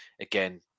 again